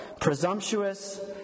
presumptuous